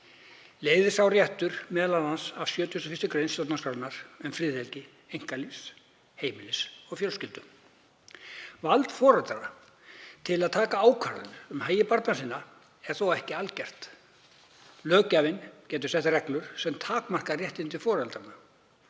leiðir sá réttur m.a. af 71. gr. stjórnarskrárinnar um friðhelgi einkalífs, heimilis og fjölskyldu. Vald foreldra til að taka ákvarðanir um hagi barna sinna er þó ekki algert. Löggjafinn getur sett reglur sem takmarka réttindi foreldra